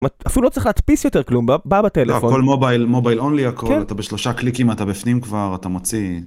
אפילו צריך להתפיס יותר כלום בא בטלפון מובייל מובייל אונלי הכל אתה בשלושה קליקים אתה בפנים כבר אתה מוציא.